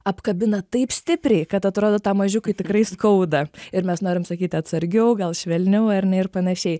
apkabina taip stipriai kad atrodo tam mažiukui tikrai skauda ir mes norim sakyti atsargiau gal švelniau ar ne ir panašiai